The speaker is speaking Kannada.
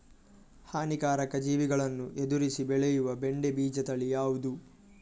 ಹಾನಿಕಾರಕ ಜೀವಿಗಳನ್ನು ಎದುರಿಸಿ ಬೆಳೆಯುವ ಬೆಂಡೆ ಬೀಜ ತಳಿ ಯಾವ್ದು?